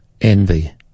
envy